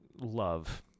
love